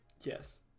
yes